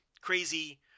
crazy